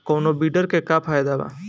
कौनो वीडर के का फायदा बा?